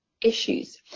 issues